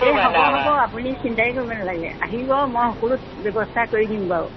এই হ'ব হ'ব আপুনি চিন্তাই কৰিব নেলাগে আহিব মই সকলো ব্যৱস্থা কৰি দিম বাৰু